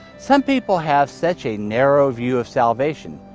some people have such a narrow view of salvation,